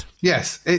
yes